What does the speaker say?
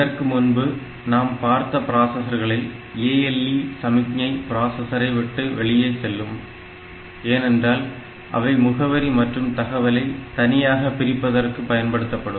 இதற்கு முன்பு நாம் பார்த்த பிராசஸர்களில் ALE சமிக்ஞை பிராசஸரை விட்டு வெளியே செல்லும் ஏனென்றால் அவை முகவரி மற்றும் தகவலை தனியாக பிரிப்பதற்கு பயன்படுத்தப்படும்